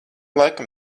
laikam